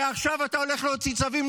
ועכשיו אתה הולך להוציא צווים?